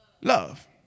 Love